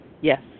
Yes